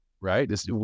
right